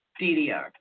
DDR